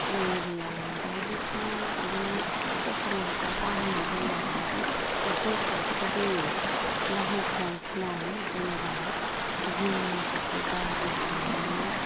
urea बायदिसिना बिदिनो सरकारनि हासार बाहायनाय जायो आरो ओमफ्राय बेफोर हाखौ जोङो बाहायस्लाय स्लाय जेनेबा जोंनि हाखौ गाज्रि खालामनो